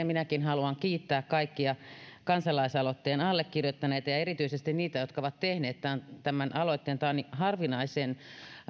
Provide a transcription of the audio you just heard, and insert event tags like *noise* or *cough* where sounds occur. *unintelligible* minäkin haluan kiittää kaikkia kansalaisaloitteen allekirjoittaneita ja erityisesti niitä jotka ovat tehneet tämän tämän aloitteen tähän on harvinaisen